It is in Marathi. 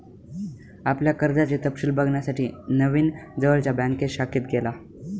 आपल्या कर्जाचे तपशिल बघण्यासाठी नवीन जवळच्या बँक शाखेत गेला